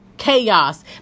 chaos